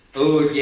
ooh, yeah,